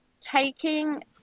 taking